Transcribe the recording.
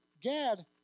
Gad